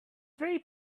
three